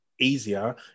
easier